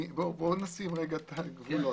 אני לגמרי